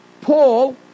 Paul